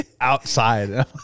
outside